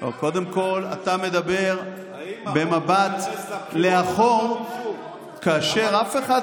קודם כול אתה מדבר במבט לאחור -- האם החוק מתייחס לבחירות או